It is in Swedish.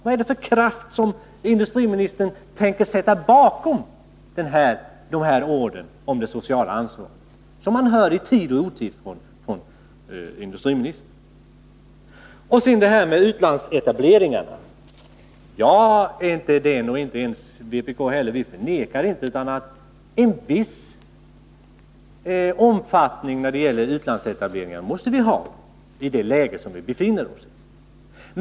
Vad är det för kraft som industriministern tänker sätta bakom de här orden om det sociala ansvaret, som man hör i tid och otid från industriministern? Sedan till frågan om utlandsetableringarna. Vi i vpk förnekar inte att man måste ha en viss omfattning av utlandsetableringar i det läge som vi befinner oss i.